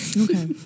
okay